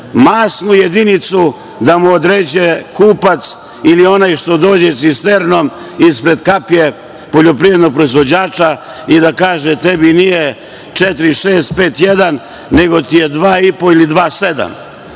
masnu jedinicu da mu određuje kupac ili onaj što dođe cisternom ispred kapije poljoprivrednog proizvođača i da kaže – tebi nije 4651, nego ti je 2,5 ili 2,7,